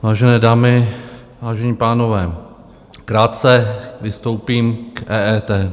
Vážené dámy, vážení pánové, krátce vystoupím k EET.